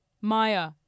Maya